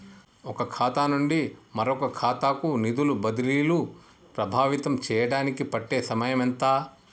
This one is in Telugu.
ఒక ఖాతా నుండి మరొక ఖాతా కు నిధులు బదిలీలు ప్రభావితం చేయటానికి పట్టే సమయం ఎంత?